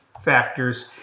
factors